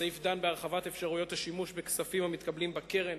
הסעיף דן בהרחבת אפשרויות השימוש בכספים המתקבלים בקרן